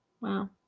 Wow